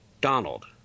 Donald